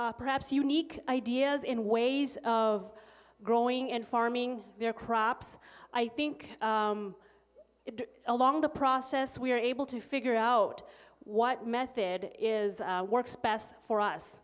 own perhaps unique ideas in ways of growing and farming their crops i think along the process we are able to figure out what method is works best for us